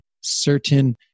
certain